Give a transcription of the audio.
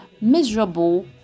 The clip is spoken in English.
miserable